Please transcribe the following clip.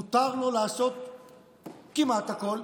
מותר לו לעשות כמעט הכול,